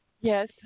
Yes